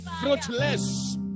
fruitless